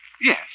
Yes